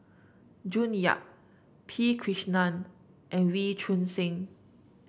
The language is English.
June Yap P Krishnan and Wee Choon Seng